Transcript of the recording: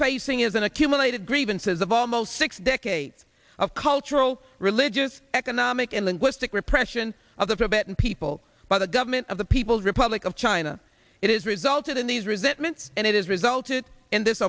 facing is an accumulated grievances of almost six decades of cultural religious economic and linguistic repression of the vet and people by the government of the people's republic of china it has resulted in these resentments and it has resulted in this